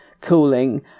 Cooling